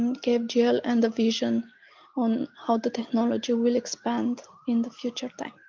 kfgl and the vision on how the technology will expand in the future time.